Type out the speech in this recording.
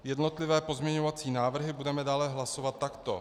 Jednotlivé pozměňovací návrhy budeme dále hlasovat takto: